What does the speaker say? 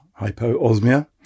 hypoosmia